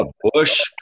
bush